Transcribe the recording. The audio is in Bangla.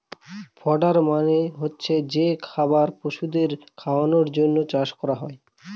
ফডার মানে হচ্ছে যে খাবার পশুদের খাওয়ানোর জন্য চাষ করা হয়